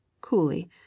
coolly